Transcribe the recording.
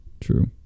true